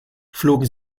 flogen